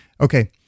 Okay